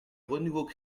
renouveau